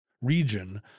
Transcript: region